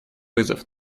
вызов